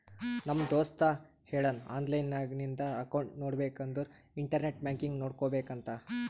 ನಮ್ ದೋಸ್ತ ಹೇಳುನ್ ಆನ್ಲೈನ್ ನಾಗ್ ನಿಂದ್ ಅಕೌಂಟ್ ನೋಡ್ಬೇಕ ಅಂದುರ್ ಇಂಟರ್ನೆಟ್ ಬ್ಯಾಂಕಿಂಗ್ ಮಾಡ್ಕೋಬೇಕ ಅಂತ್